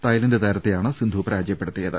Thailand താര ത്തെയാണ് സിന്ധും പരാജയപ്പെടുത്തിയത്